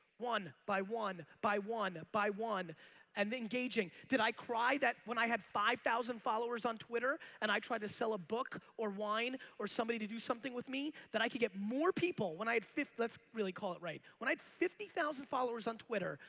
one by one by one by one and engaging. did i cry that when i had five thousand followers on twitter and i tried to sell a book or wine or somebody to do something with me that i can get more people when i had, let's really call it right, when i had fifty thousand followers on twitter,